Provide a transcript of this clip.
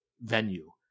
venue